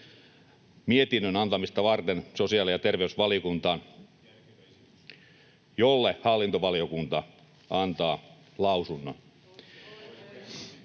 mietinnön antamista varten sosiaali- ja terveysvaliokuntaan, jolle hallintovaliokunta antaa lausunnon.